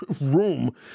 room